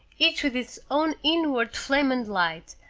each with its own inward flame and light,